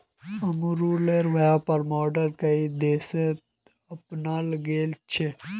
अमूलेर व्यापर मॉडल कई देशत अपनाल गेल छ